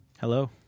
Hello